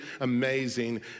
amazing